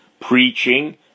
Preaching